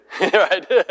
Right